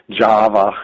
Java